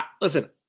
Listen